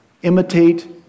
Imitate